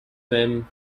them